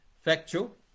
factual